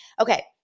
Okay